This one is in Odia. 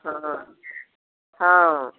ହଁ ହଁ